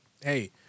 hey